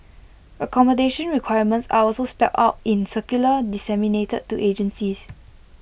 accommodation requirements are also spelt out in circulars disseminated to agencies